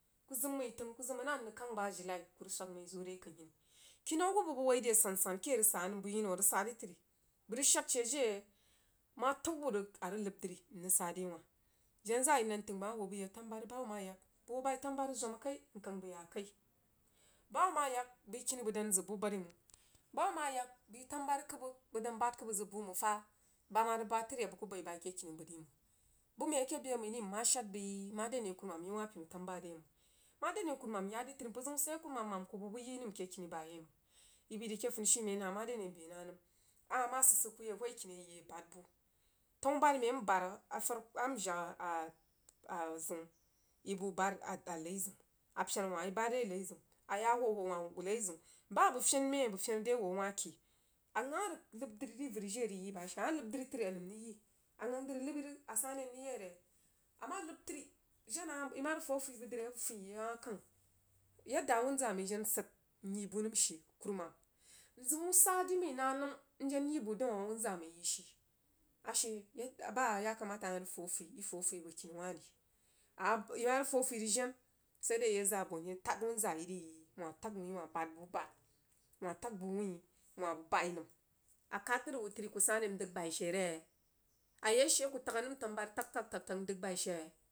Ku zim məi təng ku zim nah n rəg kang ba jilai bə swag məi zu re kənhini. Kinau hub bəg wo dəi asan san kearəg sa bəg yi nəm a rəg sa dəi təri bəg rəg shad she jiri ma tənci rəg a rəg nəmdri n rəg sare wah jana za'a yi nan tang bəg ma ho bəg yale tanubari, bəg hoo bai tanu bari zwamp kai n kang bəi ya kai ba ma yak bəi kini bəg dan zəg bu bari məng, ba hub ma yak bəi tanube kə bəg bəg dan bad kan zəg bu məng fa, ma ma rəg bad təri a bə ku bai bai ke kini bəgri məng bəg məi ake be məi ri m ma shad bəi mareane kurumamyi wah pinu tanubri re mang. Mare ane kuruma ya dəi təri mpər zəun sid yei kurumam mam ku bəg bu nəm ke kini bayuməm. Bəg bəi dəi ke funishiumen hah mare ane bəi na nəm a hah ma sigsig ku yi ahwoi kiniye abad bu tenubor məi a mjagh. Tanabariməi afarko am jag a zing ibəg wuh bad a rezəun a pena wah i bad re rezəun aya hwohwo wah arezəun. Ba abəg pen məi bəg pen rewo awahke. A gang a rəg nəbdri ri vəri jiri a rəgyi agong dri nəh rəg a sane n rəg yi re? A ma nəb təri jena i na rəg fu afuibəg dri afuiyi awah kah yadda wunza ma jensid n yi bu nəm shee kurumam n zimu sa dəi məi na məmnəe yi bu daun awunba məi yi she. Ashe ba a yakamaka iro fu afui i fuafui bo kini wah riama i ma rəg fu afni rəg jen sai dei iye za abonyiri tad wunzaa yi ri yi wah tag nəi wah bad bu badi wah tagbu wuin wah bəg kai nəm. A kad dəri wutəriku sane n dəg bai shere? Ayi ashi aku tag re tanulbari tagtag tag a dəg bai she?